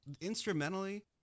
instrumentally